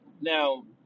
Now